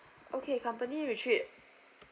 okay company retreat